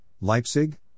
Leipzig